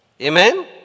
Amen